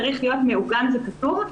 צריך להיות מעוגן וכתוב.